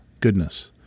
goodness